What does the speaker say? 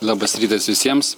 labas rytas visiems